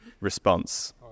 response